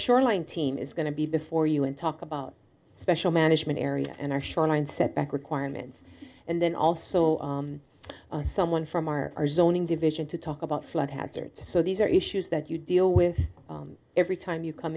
shoreline team is going to be before you and talk about special management area and our shoreline setback requirements and then also someone from our zoning division to talk about flood hazard so these are issues that you deal with every time you come